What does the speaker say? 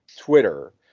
Twitter